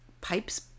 pipes